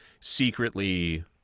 secretly